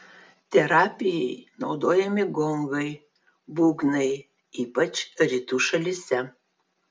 terapijai naudojami gongai būgnai ypač rytų šalyse